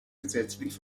gesetzlich